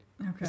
Okay